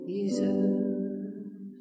Jesus